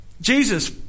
Jesus